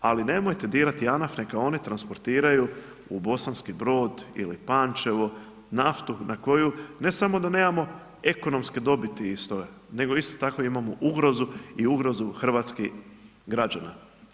Ali nemojte dirati JANAF neka oni transportiraju u Bosanski brod ili Pančevo naftu na koju ne samo da nemamo ekonomske dobiti iz toga nego isto tako imamo ugrozu i ugrozu hrvatskih građana.